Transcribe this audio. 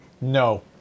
No